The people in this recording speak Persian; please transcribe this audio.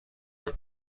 اون